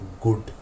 good